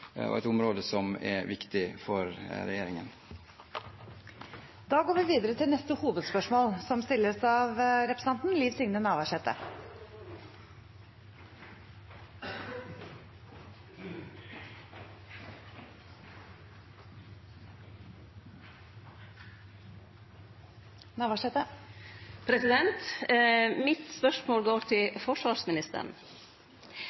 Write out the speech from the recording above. og et område som er viktig for regjeringen. Da går vi videre til neste hovedspørsmål.